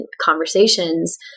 conversations